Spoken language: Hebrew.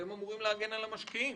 אתם אמורים להגן על המשקיעים.